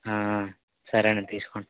సరేనండి తీసుకోండి